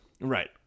right